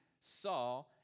saw